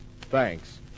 Thanks